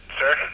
sir